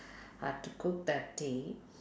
had to cook that day